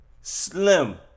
slim